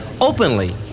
openly